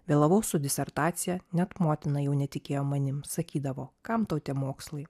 vėlavau su disertacija net motina jau netikėjo manim sakydavo kam tau tie mokslai